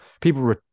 people